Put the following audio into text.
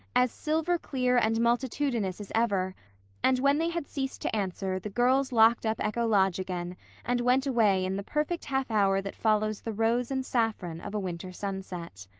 as silver-clear and multitudinous as ever and when they had ceased to answer the girls locked up echo lodge again and went away in the perfect half hour that follows the rose and saffron of a winter sunset.